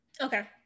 okay